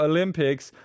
Olympics